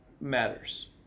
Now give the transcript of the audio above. matters